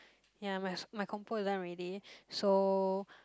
ya my s~ my compo is done already so